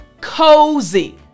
cozy